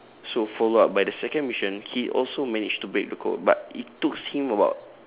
so follow up by the second mission he also managed to break the code but it took him about